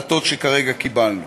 אחרות, אינה פוחדת מרעיונות.